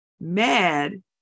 mad